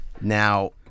now